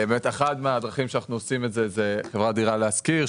אחת מהדרכים בהן אנחנו עושים את זה היא באמצעות חברת "דירה להשכיר",